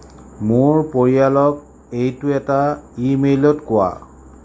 মোৰ পৰিয়ালক এইটো এটা ইমেইলত কোৱা